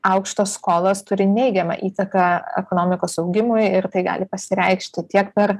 aukštos skolos turi neigiamą įtaką ekonomikos augimui ir tai gali pasireikšti tiek per